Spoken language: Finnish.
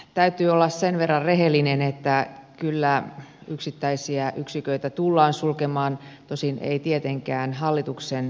täytyy olla sen verran rehellinen että kyllä yksittäisiä yksiköitä tullaan sulkemaan tosin ei tietenkään hallituksen toimesta